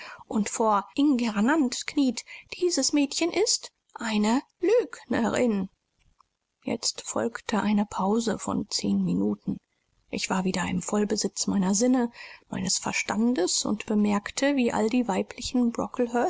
und vor inggernaut kniet dieses mädchen ist eine lügnerin jetzt folgte eine pause von zehn minuten ich war wieder im vollbesitz meiner sinne meines verstandes und bemerkte wie all die weiblichen